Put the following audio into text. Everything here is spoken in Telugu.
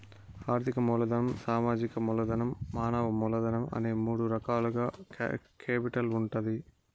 ఆర్థిక మూలధనం, సామాజిక మూలధనం, మానవ మూలధనం అనే మూడు రకాలుగా కేపిటల్ ఉంటాది